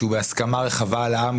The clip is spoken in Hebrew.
שהוא בהסכמה רחבה על העם,